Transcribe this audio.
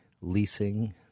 leasing